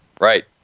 right